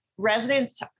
Residents